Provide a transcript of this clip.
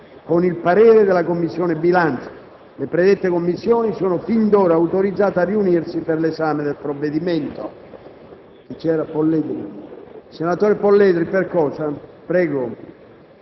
con il parere della Commissione bilancio. Le predette Commissioni sono fin d'ora autorizzate a riunirsi per l'esame del provvedimento. **Sulle scritte offensive